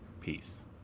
Peace